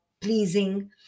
pleasing